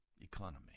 economy